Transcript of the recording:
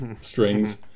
strings